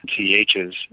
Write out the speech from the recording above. CHs